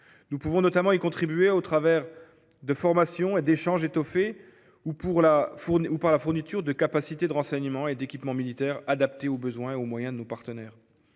Nous pouvons y contribuer notamment au travers de formations et d’échanges étoffés ou par la fourniture de capacités de renseignement et d’équipements militaires, adaptés aux besoins et aux moyens de nos partenaires.